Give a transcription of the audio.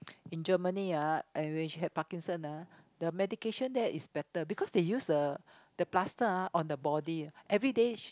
in Germany ah and when she had Parkinson ah the medication there is better because they use the the plaster ah on the body everyday she